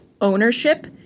ownership